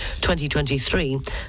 2023